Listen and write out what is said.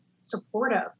supportive